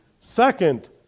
second